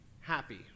happy